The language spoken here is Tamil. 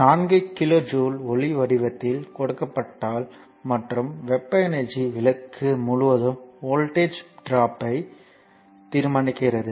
4 கிலோ ஜூல் ஒளி வடிவத்தில் கொடுக்கப்பட்டால் மற்றும் வெப்ப எனர்ஜி விளக்கு முழுவதும் வோல்டேஜ் ட்ராப்யை தீர்மானிக்கிறது